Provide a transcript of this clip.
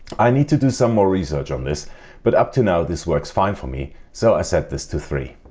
i need to do some more research on this but up to now this works fine for me so i set this to three.